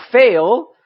fail